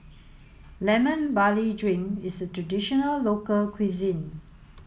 lemon barley drink is traditional local cuisine